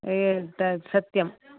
तत् सत्यम्